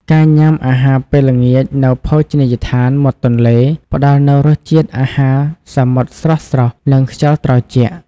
ការញ៉ាំអាហារពេលល្ងាចនៅភោជនីយដ្ឋានមាត់ទន្លេ ផ្ដល់នូវរសជាតិអាហារសមុទ្រស្រស់ៗ និងខ្យល់ត្រជាក់។